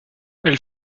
elle